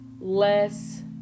less